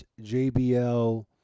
JBL